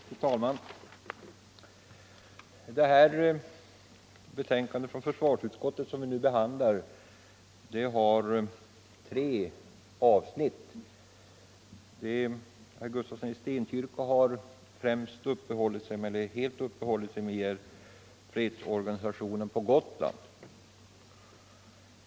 Fru talman! Det betänkande från försvarsutskottet som vi nu behandlar omfattar tre avsnitt. Herr Gustafsson i Stenkyrka har helt uppehållit sig vid det som gäller fredsorganisationen på Gotland.